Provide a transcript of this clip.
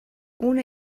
una